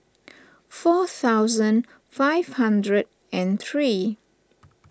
four thousand five hundred and three